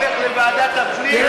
בוא נלך לוועדת הפנים,